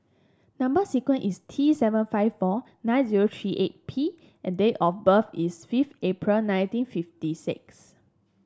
number sequence is T seven five four nine zero three eight P and date of birth is five April nineteen fifty six